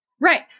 Right